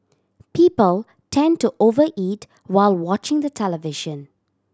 people tend to over eat while watching the television